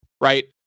Right